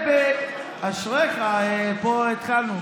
אשריך, פה התחלנו.